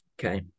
Okay